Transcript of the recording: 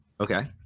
okay